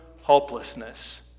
hopelessness